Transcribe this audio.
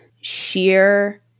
sheer